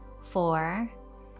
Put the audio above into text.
four